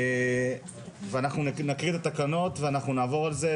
אנחנו נתקין את התקנות ונעבור עליהן,